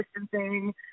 distancing